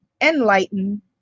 enlighten